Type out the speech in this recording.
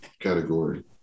category